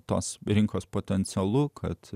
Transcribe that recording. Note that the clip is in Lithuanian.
tos rinkos potencialu kad